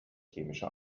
chemische